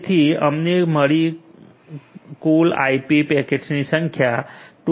તેથી અમને મળી કુલ આઈપી પેકેટની સંખ્યા 277 બસ્સો સિત્યોતેર છે